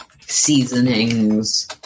seasonings